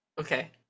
Okay